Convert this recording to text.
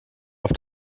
auf